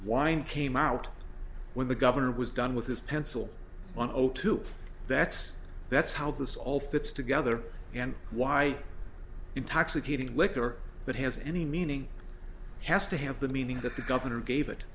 wind came out when the governor was done with his pencil on oath to that's that's how this all fits together and why intoxicating liquor that has any meaning has to have the meaning that the governor gave it